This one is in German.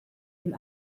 dem